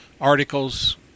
articles